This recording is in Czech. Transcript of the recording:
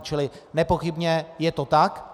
Čili nepochybně je to tak.